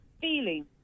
feeling